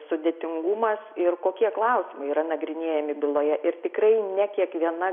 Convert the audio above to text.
sudėtingumas ir kokie klausimai yra nagrinėjami byloje ir tikrai ne kiekviena